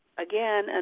Again